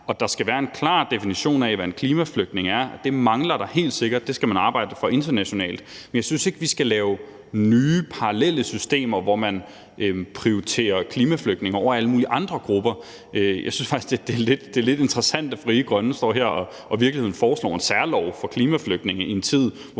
er. Der skal være en klar definition af, hvad en klimaflygtning er. Det mangler der helt sikkert. Det skal man arbejde for internationalt. Men jeg synes ikke, at vi skal lave nye parallelle systemer, hvor man prioriterer klimaflygtninge over alle mulige andre grupper. Jeg synes faktisk, at det er lidt interessant, at Frie Grønne står her og i virkeligheden foreslår en særlov for klimaflygtninge i en tid, hvor